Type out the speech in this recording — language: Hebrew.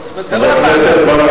זאת אומרת, זה לא, חבר הכנסת ברכה.